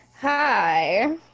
Hi